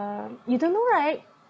um you don't know right